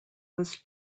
was